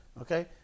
Okay